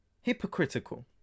Hypocritical